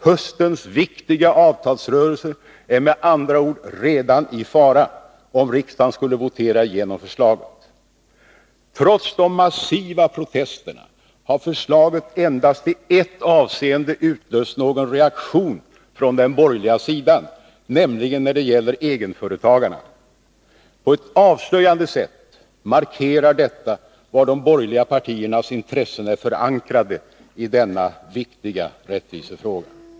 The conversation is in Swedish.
Höstens viktiga avtalsrörelse är med andra ord redan i fara, om riksdagen skulle votera igenom förslaget. Trots de massiva protesterna har förslaget endast i ett avseende utlöst någon reaktion från den borgerliga sidan, nämligen när det gäller egenföretagarna. På ett avslöjande sätt markerar detta var de borgerliga partiernas intressen är förankrade i denna viktiga rättvisefråga.